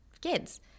kids